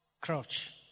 crouch